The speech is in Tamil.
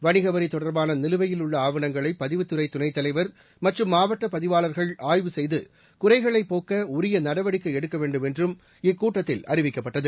வணிகவரித் தொடர்பான நிலுவையில் உள்ள ஆவணங்களை பதிவுத்துறை துணைத் தலைவர் மற்றும் மாவட்ட பதிவாளர்கள் ஆய்வு செய்து குறைகளைப் போக்க உரிய நடவடிக்கை எடுக்க வேண்டும் என்றும் இக்கூட்டத்தில் அறிவுறுத்தப்பட்டது